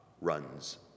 runs